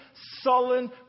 sullen